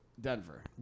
Denver